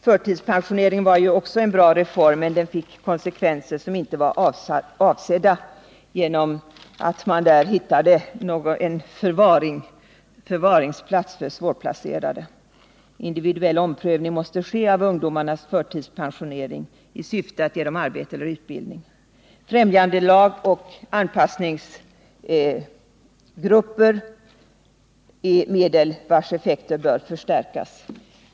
Förtidspensioneringen var en bra reform, men den fick konsekvenser som inte var avsedda genom att man med hjälp av denna hittade en förvaring för svårplacerade. Individuell omprövning måste ske av ungdomars förtidspensionering i syfte att ge dem arbete eller utbildning. Främjandelag och anpassningsgrupper är medel vilkas effekter bör förstärkas.